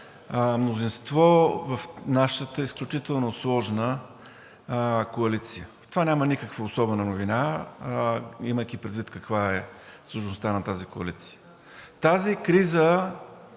мнозинство в нашата изключително сложна коалиция. В това няма никаква особена новина, имайки предвид каква е сложността на тази коалиция. Тази криза